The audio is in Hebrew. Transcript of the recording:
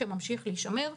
שממשיך להישמר,